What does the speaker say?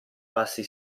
passi